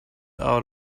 out